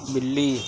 بلّی